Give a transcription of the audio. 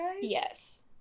Yes